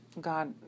God